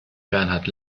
bernhard